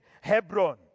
Hebron